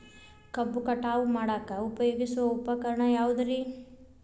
ಕಬ್ಬು ಕಟಾವು ಮಾಡಾಕ ಉಪಯೋಗಿಸುವ ಉಪಕರಣ ಯಾವುದರೇ?